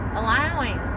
allowing